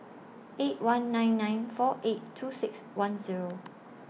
eight one nine nine four eight two six one Zero